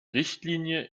richtlinie